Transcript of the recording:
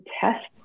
test